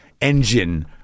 engine